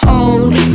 old